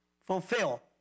fulfill